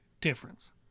difference